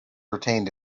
retained